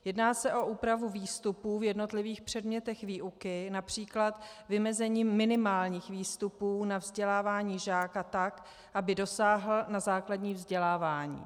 Jedná se o úpravu výstupů v jednotlivých předmětech výuky, např. vymezení minimálních výstupů na vzdělávání žáka tak, aby dosáhl na základní vzdělávání.